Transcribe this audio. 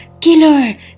killer